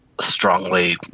strongly